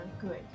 good